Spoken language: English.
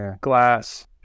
glass